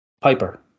Piper